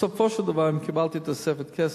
בסופו של דבר אם אקבל את תוספת הכסף,